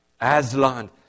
Aslan